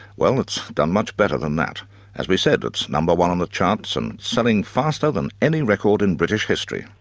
well, it's done much better than that as we said, it's number one on the charts and selling faster than any record in british history.